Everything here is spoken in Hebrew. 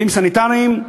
כלים סניטריים,